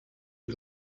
you